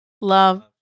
love